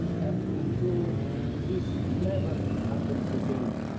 and to ensure this never happens again.